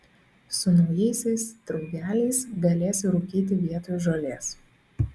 su naujaisiais draugeliais galėsi rūkyti vietoj žolės